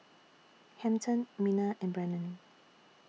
Hampton Minna and Brannon